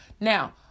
Now